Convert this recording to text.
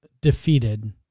defeated